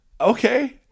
okay